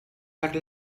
per